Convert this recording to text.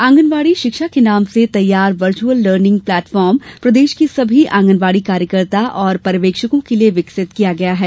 ऑगनवाड़ी शिक्षा के नाम से तैयार वर्चुअल लर्निग प्लेटफार्म प्रदेश की सभी ऑगनवाड़ी कार्यकर्ता और पर्यवेक्षकों के लिए विकसित किया गया है